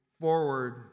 forward